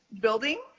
building